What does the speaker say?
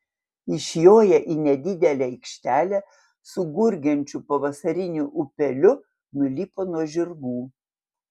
išjoję į nedidelę aikštelę su gurgančiu pavasariniu upeliu nulipo nuo žirgų